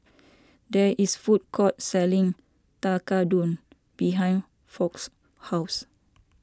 there is food court selling Tekkadon behind Foch's house